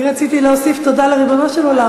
אני רציתי להוסיף תודה לריבונו של עולם,